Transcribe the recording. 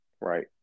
right